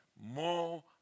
more